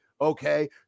Okay